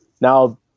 Now